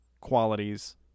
qualities